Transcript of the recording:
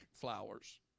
flowers